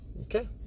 Okay